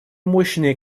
мощной